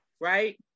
right